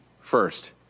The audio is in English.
First